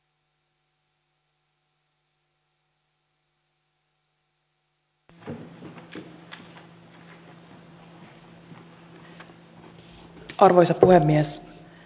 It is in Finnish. arvoisa puhemies